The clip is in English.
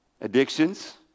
addictions